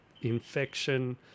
infection